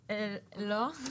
לא,